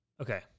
Okay